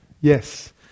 Yes